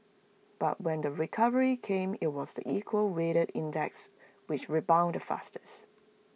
but when the recovery came IT was the equal weighted index which rebounded the fastest